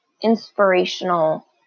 inspirational